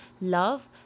love